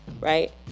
right